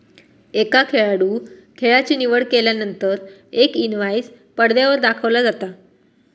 एका खेळाडूं खेळाची निवड केल्यानंतर एक इनवाईस पडद्यावर दाखविला जाता